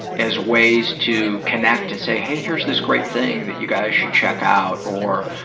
as ways to connect and say, hey, here's this great thing that you guys should check out, or